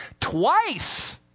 Twice